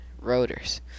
rotors